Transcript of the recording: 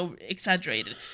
exaggerated